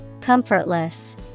Comfortless